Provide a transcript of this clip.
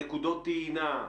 נקודות טעינה?